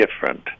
different